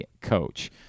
coach